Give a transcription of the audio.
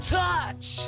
touch